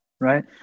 right